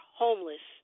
homeless